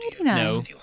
No